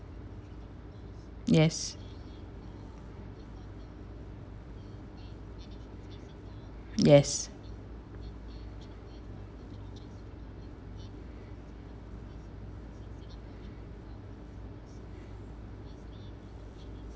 yes yes